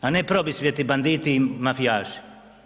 A ne probisvijeti, banditi i mafijaši.